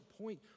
point